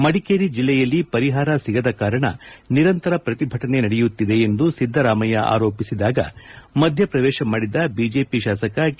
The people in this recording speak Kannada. ಮಡಿಕೇರಿ ಜಿಲೆಯಲ್ಲಿ ಪರಿಹಾರ ಸಿಗದ ಕಾರಣ ನಿರಂತರ ಪ್ರತಿಭಟನೆ ನಡೆಯುತ್ತಿದೆ ಎಂದು ಸಿದ್ದರಾಮಯ್ಯ ಆರೋಪಿಸಿದಾಗ ಮಧ್ಯಪ್ರವೇಶ ಮಾಡಿದ ಬಿಜೆಪಿ ಶಾಸಕ ಕೆ